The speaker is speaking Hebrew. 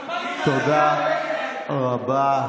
תודה רבה.